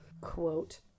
Quote